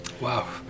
Wow